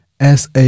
SA